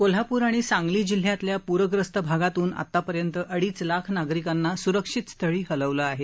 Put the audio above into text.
कोल्हापूर आणि सांगली जिल्हयातल्या पूरग्रस्त भागातून आतापर्यंत अडीच लाख नागरिकांना सुरक्षित स्थळी हलवलं आहे